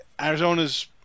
Arizona's